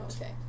okay